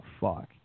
fuck